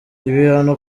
ibihano